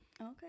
Okay